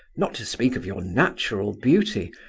not to speak of your natural beauty,